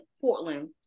Portland